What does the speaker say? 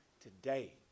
today